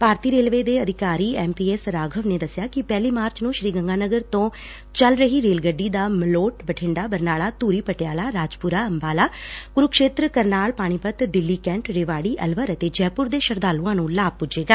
ਭਾਰਤੀ railway ਦੇ ਅਧਿਕਾਰੀ M P S Raghav ਨੇ ਦੱਸਿਆ ਕਿ ਪਹਿਲੀ ਮਾਰਚ ਨੂੰ ਸ੍ਰੀ ਗੰਗਾ ਨਗਰ ਤੋਂ ਚੱਲ ਰਹੀ ਰੇਲ ਗੱਡੀ ਦਾ ਮਲੋਟ ਬਠਿੰਡਾ ਬਰਨਾਲਾ ਧੁਰੀ ਪਟਿਆਲਾ ਰਾਜਪੁਰਾ ੰਬਾਲਾ ਕੁਰੁਕਸ਼ੇਤਰ ਕਰਨਾਲ ਪਾਣੀਪਤ ਦਿੱਲੀ ਕੈਂਟ ਰੇਵਾੜੀ ਅਲਵਰ ਤੇ ਜੈਪੂਰ ਦੇ ਸ਼ਰਧਾਲੁਆਂ ਨੁੰ ਲਾਭ ਪੁੱਜੇਗਾ